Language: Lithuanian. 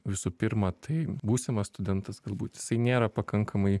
visų pirma tai būsimas studentas galbūt jisai nėra pakankamai